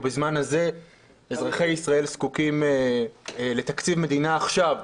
ובזמן הזה אזרחי ישראל זקוקים לתקציב מדינה עכשיו,